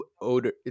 odor